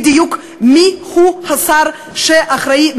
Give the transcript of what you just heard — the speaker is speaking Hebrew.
בדיוק מיהו השר שאחראי,